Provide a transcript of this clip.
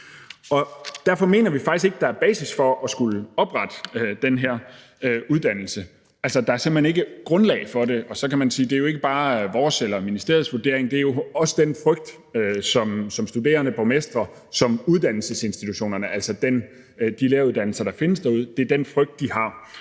Derfor mener vi faktisk ikke, der er basis for at skulle oprette den her uddannelse. Altså, der er simpelt hen ikke grundlag for det. Og så kan man sige: Det er jo ikke bare vores eller ministeriets vurdering; det skyldes jo også den frygt, som studerende, borgmestre og uddannelsesinstitutionerne, altså de læreruddannelser, der findes derude, har. Så kunne jeg godt høre,